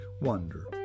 wonder